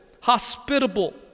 hospitable